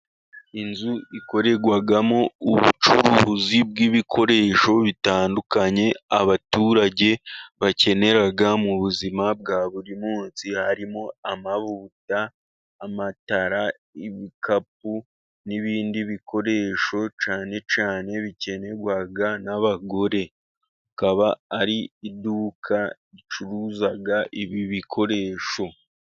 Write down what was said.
Inzu ikorerwamo ubucuruzi bw'ibikoresho bitandukanye, abaturage bakenera mu buzima bwa buri munsi, harimo: amavuta amatara, ibikapu, n'ibindi bikoresho cyane cyane bikenerwa n'abagore. Hakaba ari iduka ricuruza ibi bikoresho.